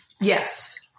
Yes